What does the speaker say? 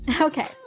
Okay